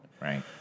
Right